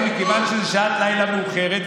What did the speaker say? מכיוון שזו שעת לילה מאוחרת,